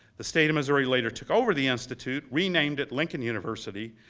the state of missouri later took over the institute, renamed it lincoln university,